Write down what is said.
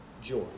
joy